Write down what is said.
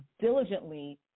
diligently